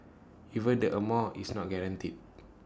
even this amount is not guaranteed